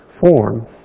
form